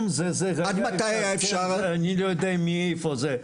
עד מתי היה אפשר, אני לא יודע מאיפה זה,